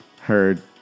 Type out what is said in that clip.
heard